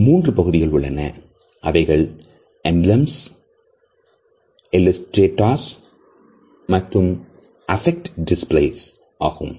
இதில் மூன்று பகுதிகள் உள்ளன அவைகள் எம்பிளம்ஸ் இல்ல ஸ்டேட்டஸ் மற்றும் அ பேக்ட் டிஸ்ப்ளே ஆகும்